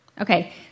okay